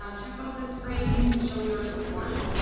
um check out this frame, you can show your support,